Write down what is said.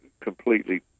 Completely